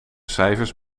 cijfers